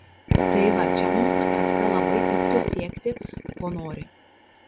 tai va čia mums su efka labai tiktų siekti ko nori